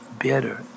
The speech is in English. better